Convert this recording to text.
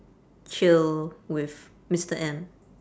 chill with mister M